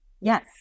Yes